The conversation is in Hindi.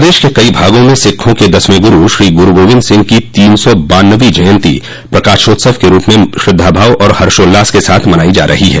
प्रदेश के कई भागों में सिखों के दसवें गुरू श्री गुरू गोविंद सिंह की तीन सौ बावनवीं जयंती प्रकाशोत्सव के रूप में श्रद्वाभाव और हर्षोल्लास के साथ मनायी जा रही है